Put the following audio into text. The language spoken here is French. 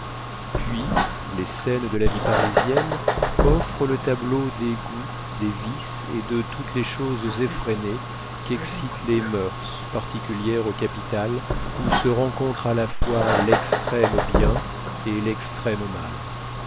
puis les scènes de la vie parisienne offrent le tableau des goûts des vices et de toutes les choses effrénées qu'excitent les moeurs particulières aux capitales où se rencontrent à la fois l'extrême bien et l'extrême mal